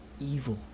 evil